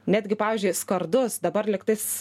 netgi pavyzdžiui skardus dabar lygtais